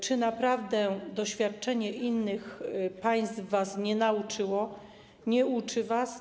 Czy naprawdę doświadczenie innych państw was nie nauczyło, nie uczy was?